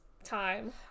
time